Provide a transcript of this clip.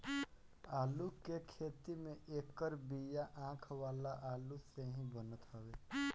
आलू के खेती में एकर बिया आँख वाला आलू से ही बनत हवे